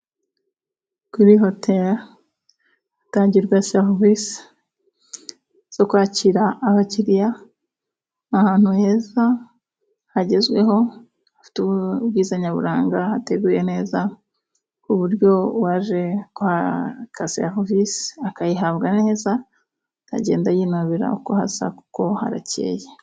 Kuri Hoteli hatangirwa serivisi zo kwakira abakiriya, ahantu heza hagezweho hafite ubwiza nyaburanga hateguye neza ku buryo uwaje guhaka Serivise akayihabwa neza, agenda yinubira uko haza kuko harakeye.